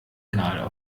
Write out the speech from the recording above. egal